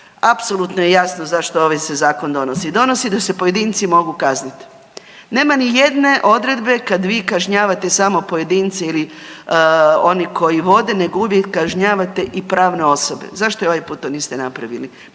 apsolutno je jasno zašto ovaj se zakon donosi. Donosi da se pojedinci mogu kaznit. Nema ni jedne odredbe kad vi kažnjavate samo pojedinca ili oni koji vode nego uvijek kažnjavate i pravne osobe. Zašto i ovaj put to niste napravili?